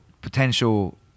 potential